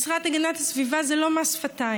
משרד הגנת הסביבה זה לא מס שפתיים.